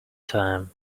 time